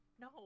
no